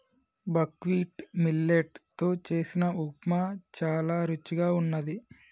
buckwheat millet తో చేసిన ఉప్మా చానా రుచిగా వున్నది